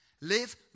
Live